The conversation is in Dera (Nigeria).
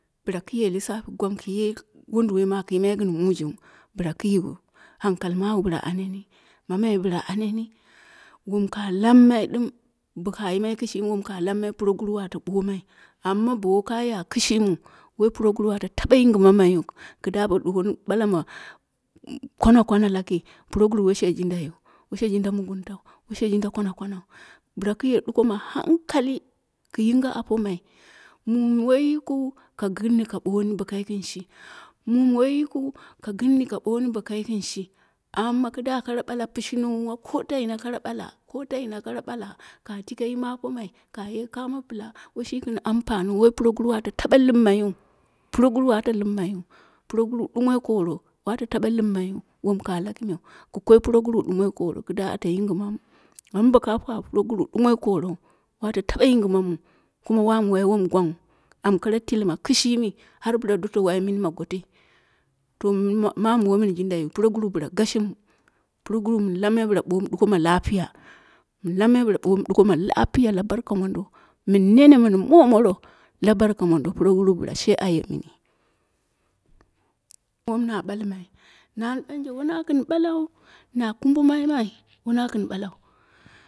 Bla ku ye lisafi gwang ku ye wondu woi mi a ku yimmai gin mu jung. bla ku yiwu hankali mawu bla anemi. mamai bla aneni. Wom ka lammai dim boka yimai kishimi wom ka lammai puroguru ate bomai. Amma ba ka ya kishimi woi puroguru woshe jindaiyu. Woshe jinda muguntau, woshe jinda kwana kwanau. Bla ku ye ɗuko ma hankali, ki yinge apomai, mumi woi yikiu, ka ginni ka boni bo ka ginshi, mumi woi yikiu, ka ginni ka bonni bo kai ginshi. Amma kiduwa kara ɓala pishnuwa ko ta ina kara ɓala, ko ta in kara ɓala ka tike yim apomai ka ye kamo pla woshi gin ampaniu. Woi puroguru ate ta be limmaiyu, puroguru wate lini maiyu. puroguru dumoi koro, wate tabe limmaiya wom ka laki me. ku koi puroguru dumoi koro kida ate yingi mamu. Amma bo ka kwa puroguru dumoi koro wato ta be yingi mamu. Kuma wamu wai wm gwangwu. Am koro tilina kishimi har bla doto wai mini ina gotoi. To manu wo min jin daiyu puroguru bla bomu duko ma lapiya la barka mondo. Min nene min momoro la barka mondo. Puroguru bla she ayemini. Wom na balmai nani banje wonagin ɓalau, na kumbu mamai wana gin ɓalau.